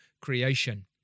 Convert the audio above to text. creation